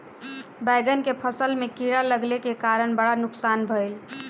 बैंगन के फसल में कीड़ा लगले के कारण बड़ा नुकसान भइल